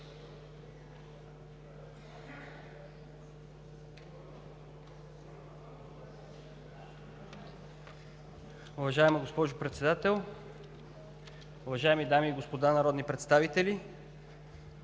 Уважаема госпожо Председател, уважаеми дами и господа народни представители!